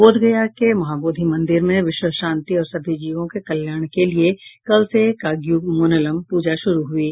बोधगया के महाबोधि मंदिर में विश्व शांति और सभी जीवों के कल्याण के लिये कल से काग्यू मोनलम पूजा शुरू हयी